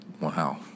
Wow